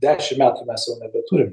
dešim metų mes jau nebeturim